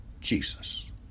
Jesus